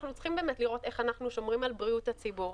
אנחנו צריכים לראות איך אנחנו שומרים על בריאות הציבור.